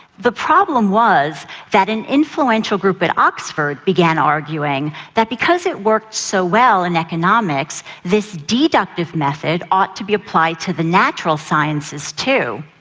the problem was that an influential group at oxford began arguing that because it worked so well in economics, this deductive method ought to be applied to the natural sciences too.